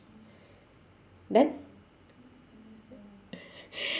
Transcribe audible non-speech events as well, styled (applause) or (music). done (laughs)